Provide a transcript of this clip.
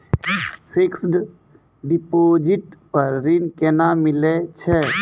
Fixed deposit पर ऋण केना मिलै छै?